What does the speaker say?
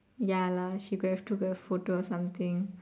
ya lah she could have took the photo or something